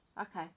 Okay